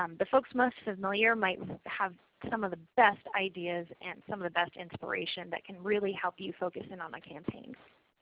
um the folks most familiar might have some of the best ideas and some of the best inspiration that can really help you focus in on the campaign.